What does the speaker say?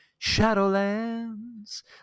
Shadowlands